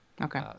Okay